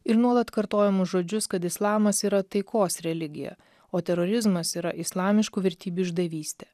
ir nuolat kartojamus žodžius kad islamas yra taikos religija o terorizmas yra islamiškų vertybių išdavystė